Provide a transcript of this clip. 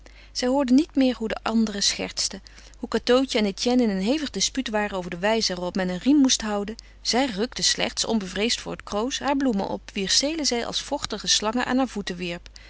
zij hoorde niet meer hoe de anderen schertsten hoe cateautje en etienne in een hevig dispuut waren over de wijze waarop men een riem moest houden zij rukte slechts onbevreesd voor het kroos haar bloemen op wier stelen zij als vochtige slangen aan haar voeten wierp